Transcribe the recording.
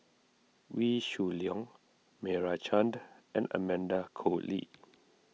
Wee Shoo Leong Meira Chand and Amanda Koe Lee